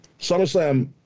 Summerslam